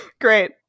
great